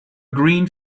green